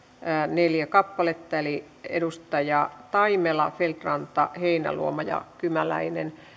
neljä kappaletta eli edustajat taimela feldt ranta heinäluoma ja kymäläinen